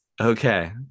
okay